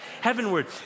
Heavenward